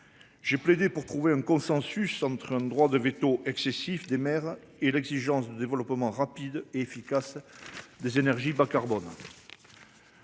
J'ai plaidé pour trouver un consensus entre un droit de véto excessif des maires et l'exigence de développement rapide et efficace des énergies bas carbone.